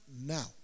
now